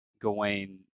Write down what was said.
Gawain